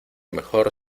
mejor